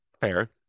fair